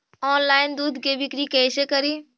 Online दुध के बिक्री कैसे करि?